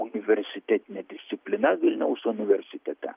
universitetinė disciplina vilniaus universitete